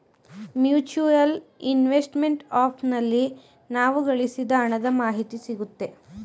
mutual investment app ನಲ್ಲಿ ನಾವು ಗಳಿಸಿದ ಹಣದ ಮಾಹಿತಿ ಸಿಗುತ್ತೆ